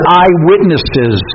eyewitnesses